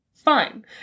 fine